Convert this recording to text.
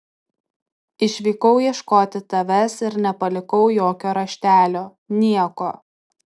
išvykau ieškoti tavęs ir nepalikau jokio raštelio nieko